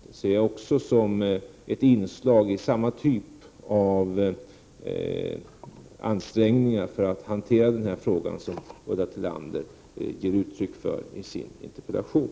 Det ser jag också som ett inslag i samma typ av ansträngningar för att hantera den fråga Ulla Tillander ger uttryck för i sin interpellation.